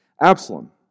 Absalom